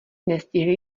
nestihli